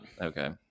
Okay